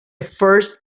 first